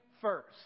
first